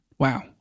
Wow